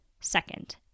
Second